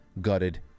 gutted